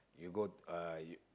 you go uh you